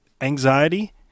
anxiety